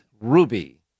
Ruby